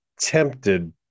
tempted